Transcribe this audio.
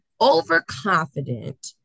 overconfident